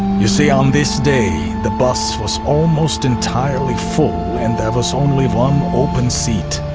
you see, on this day, the bus was almost entirely full and there was only one open seat.